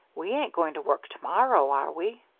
we ain't going to work to-morrow, are we?